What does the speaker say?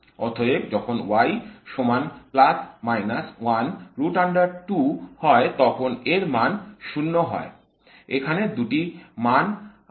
অতএব যখন হয় তখন এর মান 0 হয় এখানে দুটি মান আছে